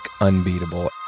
unbeatable